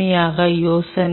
பேசினோம்